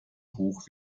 hoch